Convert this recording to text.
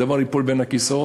הדבר ייפול בין הכיסאות.